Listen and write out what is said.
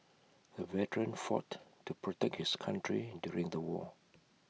the veteran fought to protect his country during the war